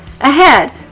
ahead